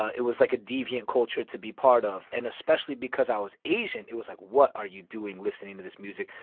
it was like a deviant culture to be part of. and especially because i was asian, it was like, what are you doing listening to this music?